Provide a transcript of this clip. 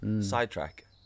sidetrack